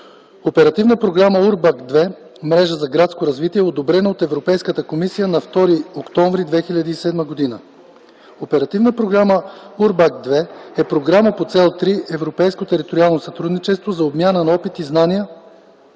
Оперативна програма „УРБАКТ ІІ” е програма по Цел 3 „Европейско териториално сътрудничество” за обмяна на опит и знания